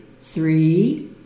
three